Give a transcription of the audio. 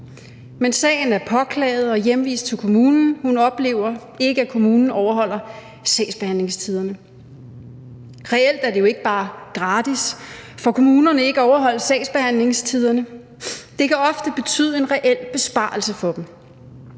Men sagen er påklaget og hjemvist til kommunen. Hun oplever ikke, at kommunen overholder sagsbehandlingstiderne. Reelt er det jo ikke bare gratis for kommunerne ikke at overholde sagsbehandlingstiderne. Det kan ofte betyde en reel besparelse for dem.